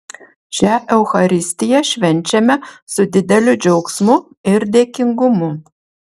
šią eucharistiją švenčiame su dideliu džiaugsmu ir dėkingumu